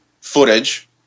footage